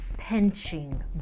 pinching